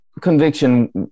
conviction